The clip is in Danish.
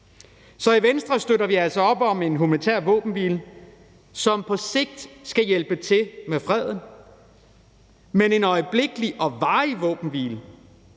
Så i Venstre støtter vi altså op om en humanitær våbenhvile, som på sigt skal hjælpe til at skabe fred. Men en øjeblikkelig og varig våbenhvile